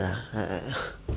!huh! I I